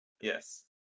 Yes